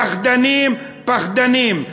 פחדנים, פחדנים.